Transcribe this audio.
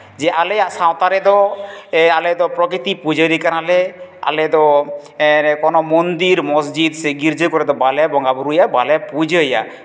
ᱡᱮ ᱟᱞᱮᱭᱟᱜ ᱥᱟᱶᱛᱟ ᱨᱮᱫᱚ ᱟᱞᱮᱫᱚ ᱯᱨᱚᱠᱤᱛᱤ ᱯᱩᱡᱟᱹᱨᱤ ᱠᱟᱱᱟᱞᱮ ᱟᱞᱮᱫᱚ ᱠᱳᱱᱳ ᱢᱚᱱᱫᱤᱨ ᱢᱚᱥᱡᱤᱫ ᱜᱤᱨᱡᱟᱹ ᱠᱚᱨᱮᱫᱚ ᱵᱟᱝᱞᱮ ᱵᱚᱸᱜᱟᱼᱵᱩᱨᱩᱭᱟ ᱵᱟᱝᱞᱮ ᱯᱩᱡᱟᱹᱭᱟ